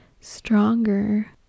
stronger